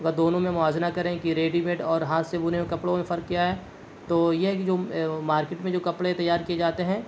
اگر دونوں میں موازنہ کریں کہ ریڈیمیڈ اور ہاتھ سے بنے ہوئے کپڑوں میں فرق کیا ہے تو یہ ہے کہ جو مارکیٹ میں جو کپڑے تیار کیے جاتے ہیں